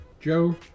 Joe